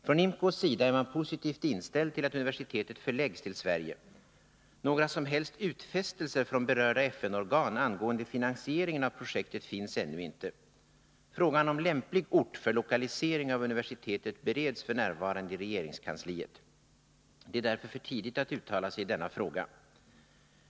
Från IMCO:s sida är man positivt inställd till att universitetet förläggs till Sverige. Några som helst utfästelser från berörda FN-organ angående finansieringen av projektet finns ännu inte. Frågan om lämplig ort för lokalisering av universitetet bereds f. n. i regeringskansliet. Det är därför för tidigt att uttala sig i denna fråga.